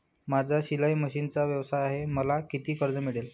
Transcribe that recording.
माझा शिलाई मशिनचा व्यवसाय आहे मला किती कर्ज मिळेल?